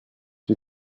wir